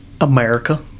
America